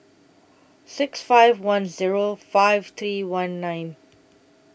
six five one Zero five three one nine